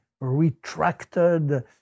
retracted